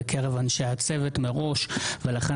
כרגע אין לנו כוונה כזאת, אבל ברור